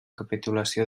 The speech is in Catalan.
capitulació